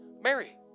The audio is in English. Mary